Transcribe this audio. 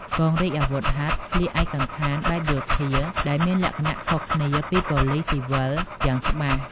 កងរាជអាវុធហត្ថស្លៀកឯកសណ្ឋានបែបយោធាដែលមានលក្ខណៈខុសគ្នាពីប៉ូលិសស៊ីវិលយ៉ាងច្បាស់។